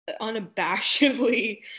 unabashedly